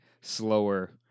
slower